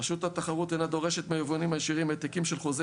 רשות התחרות אינה דורשת מהיבואנים הישירים העתקים של חוזי